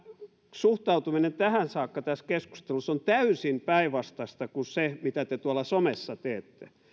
suhtautuminen tähän saakka tässä keskustelussa on täysin päinvastaista kuin se mitä te tuolla somessa teette